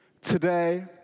Today